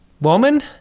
woman